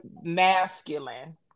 masculine